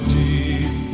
deep